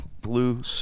blue